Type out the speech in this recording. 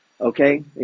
okay